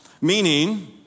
Meaning